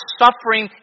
suffering